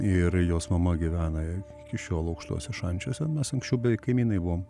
ir jos mama gyvena iki šiol aukštuose šančiuose mes anksčiau beveik kaimynai buvom